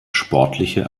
sportliche